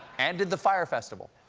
and did the fyre festival.